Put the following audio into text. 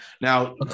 Now